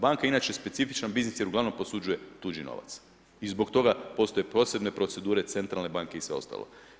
Banka je inače specifičan biznis jer ugl. posuđuje tuđi novac i zbog toga postoji posebne procedure Centralne banke i sve ostaloga.